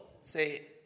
Say